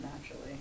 naturally